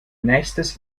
nächstes